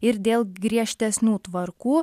ir dėl griežtesnių tvarkų